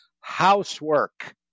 housework